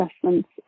assessments